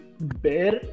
Bear